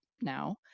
now